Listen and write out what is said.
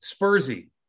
Spursy